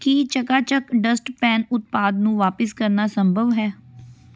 ਕੀ Chakachak dustpan ਉਤਪਾਦ ਨੂੰ ਵਾਪਸ ਕਰਨਾ ਸੰਭਵ ਹੈ